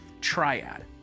triad